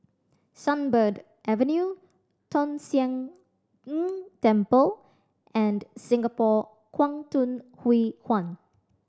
Sunbird Avenue Tong Sian Tng Temple and Singapore Kwangtung Hui Huan